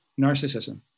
narcissism